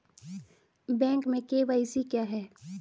Bank में KYC क्या है?